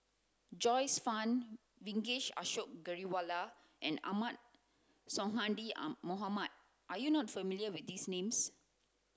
Joyce Fan Vijesh Ashok Ghariwala and Ahmad Sonhadji Mohamad are you not familiar with these names